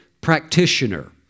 practitioner